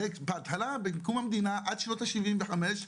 הרי בהתחלה בקום המדינה עד שנות ה-75',